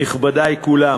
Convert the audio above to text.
נכבדי כולם,